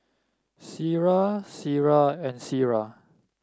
Syirah Syirah and Syirah